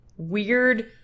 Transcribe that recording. Weird